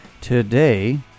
Today